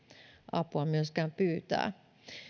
apua myöskään pyytää